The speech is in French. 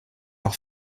leur